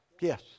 yes